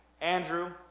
Andrew